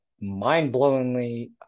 mind-blowingly